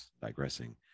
digressing